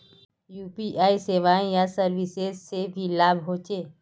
UPI सेवाएँ या services से की लाभ होचे?